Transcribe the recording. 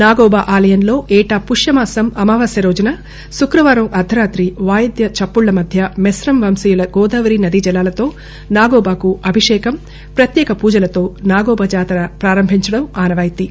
నాగోబా ఆలయంలో ఏటా పుష్యమాసం అమావాస్య రోజున శుక్రవారం అర్దరాతి వాయిద్య చప్పుల్ల మధ్య మెస్రం వంశీయుల గోదావరి నది జలాలతో నాగోబాకు అభిషేకం పత్యక పూజలతో నాగోబా జాతర పారంభించడం ఆనవాయితీ